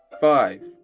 five